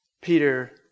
Peter